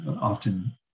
often